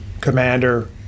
commander